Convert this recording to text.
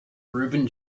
reuben